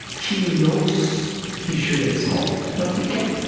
he knows he shouldn't smoke but he can't,